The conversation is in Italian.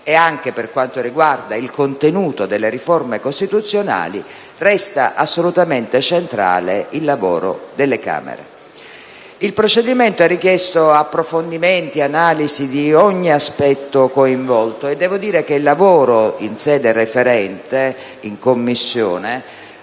Anche per quanto riguarda il contenuto delle riforme costituzionali, resta assolutamente centrale il lavoro delle Camere. Il procedimento ha richiesto approfondimenti e analisi di ogni aspetto coinvolto, e devo dire che il lavoro in sede referente in Commissione